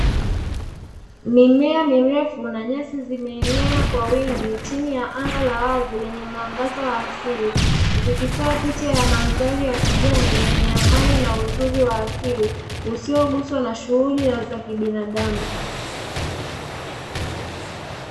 Mimea mirefu na nyasi zimeenea kwa wingi chini ya anga la wazi lenye mwangaza wa asili. Zikitoa picha ya mandhari ya kijani yenye amani na uzuri wa asili, usioguswa na shughuli za kibinadamu.